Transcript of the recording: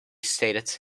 stated